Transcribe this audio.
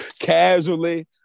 Casually